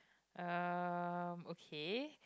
uh okay